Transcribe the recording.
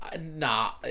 nah